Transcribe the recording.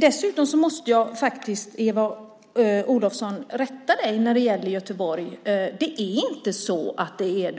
Dessutom måste jag rätta dig när det gäller Göteborg, Eva Olofsson. Det är